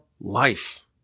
life